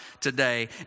today